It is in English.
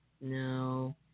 No